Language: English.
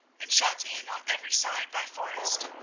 and shut in on every side by forest.